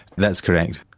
that's correct.